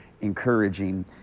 encouraging